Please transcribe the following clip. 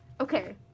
okay